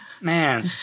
Man